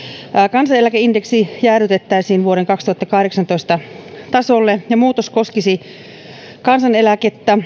kansaneläkeindeksi jäädytettäisiin vuoden kaksituhattakahdeksantoista tasolle ja muutos koskisi kansaneläkettä